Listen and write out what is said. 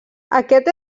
aquest